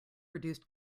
reduced